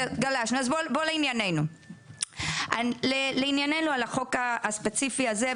אז לענייננו לחוק הספציפי הזה,